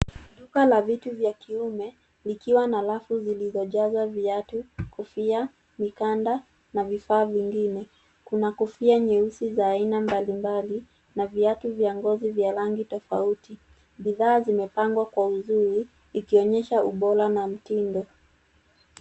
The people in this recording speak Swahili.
Duka la vitu vya kiume likiwa na rafu zilizojazwa viatu, kofia, mikanda na vifaa vingine. Kuna kofia nyeusi za aina mbalimbali na viatu vya ngozi vya rangi tofauti. Bidhaa zimepangwa kwa uzuri ikionyesha ubora na mtindo.